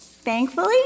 Thankfully